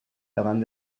davant